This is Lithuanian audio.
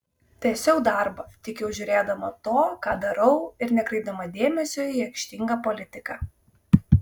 tęsiau darbą tik jau žiūrėdama to ką darau ir nekreipdama dėmesio į aikštingą politiką